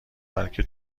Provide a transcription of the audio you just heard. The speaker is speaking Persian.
بلکه